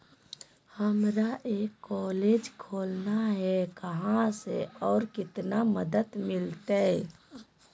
हमरा एक कॉलेज खोलना है, कहा से और कितना मदद मिलतैय?